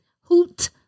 Hoot